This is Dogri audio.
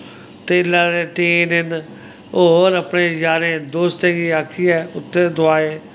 तेल्लै दे टीन इन्न होर अपने यारें दोस्तें गी आक्खियै उत्थें दोआए